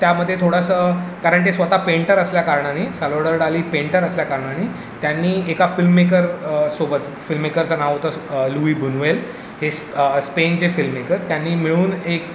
त्यामध्ये थोडंसं कारण ते स्वतः पेंटर असल्या कारणाने सालवडोर डाली पेंटर असल्या कारणाने त्यांनी एका फिल्ममेकर सोबत फिल्ममेकरचं नाव होतं लूई बुनवेल हे स्पेनचे फिल्ममेकर त्यांनी मिळून एक